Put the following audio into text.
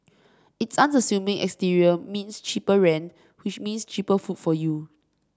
its unassuming exterior means cheaper rent which means cheaper food for you